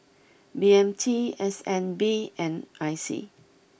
B M T S N B and I C